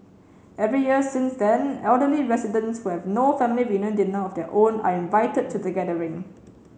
every year since then elderly residents who have no family reunion dinner of their own are invited to the gathering